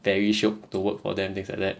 very shiok to work for them things like that